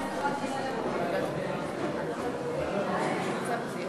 ההצעה להעביר את הצעת חוק הרשויות